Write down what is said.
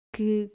que